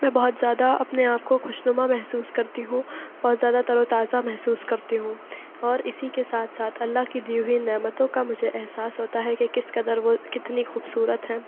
میں بہت زیادہ اپنے آپ کو خوشنما محسوس کرتی ہوں بہت زیادہ تر و تازہ محسوس کرتی ہوں اور اسی کے ساتھ ساتھ اللہ کی دی ہوئی نعمتوں کا مجھے احساس ہوتا ہے کہ کس قدر وہ کتنی خوبصورت ہیں